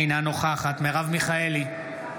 אינה נוכחת מרב מיכאלי,